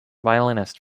violinist